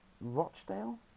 Rochdale